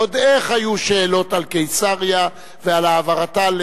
ועוד איך היו שאלות על קיסריה ועל העברתה.